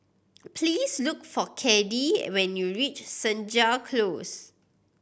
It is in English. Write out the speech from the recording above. please look for Caddie when you reach Senja Close